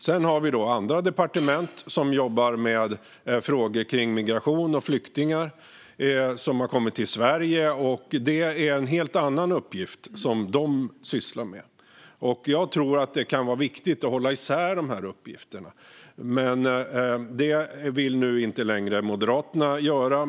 Sedan har vi andra departement som jobbar med frågor kring migration och flyktingar som har kommit till Sverige, och det är en helt annan uppgift. Jag tror att det kan vara viktigt att hålla isär de här uppgifterna, men det vill inte längre Moderaterna göra.